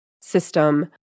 system